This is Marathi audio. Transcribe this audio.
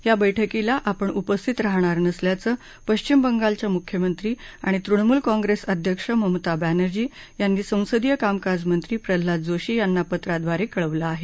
या बैठकीला आपण उपस्थित राहणार नसल्याचं पश्विम बंगालच्या मुख्यमंत्री आणि तृणमुल कॉंग्रेस अध्यक्ष ममता बॅनर्जी यांनी संसदीय कामकाज मंत्री प्रल्हाद जोशी यांना पत्राद्वारे कळवलं आहे